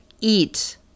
eat